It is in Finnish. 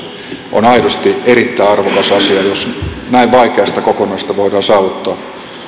on aidosti erittäin arvokas asia jos näin vaikeasta kokonaisuudesta voidaan saavuttaa